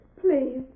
Please